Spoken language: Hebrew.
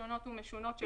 שונות ומשונות.